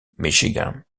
michigan